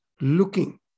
looking